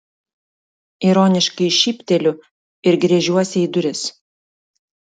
ironiškai šypteliu ir gręžiuosi į duris